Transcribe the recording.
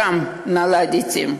שם נולדתם.